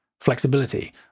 flexibility